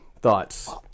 thoughts